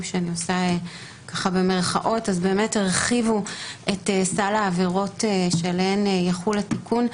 שאני מסמנת מירכאות באמת הרחיבו את סל העבירות שעליו יחול התיקון.